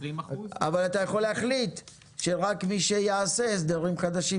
אתה יכול להחליט שרק מי שיעשה הסדרים חדשים,